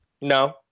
No